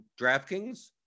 DraftKings